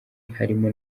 harimo